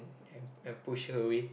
and and push her away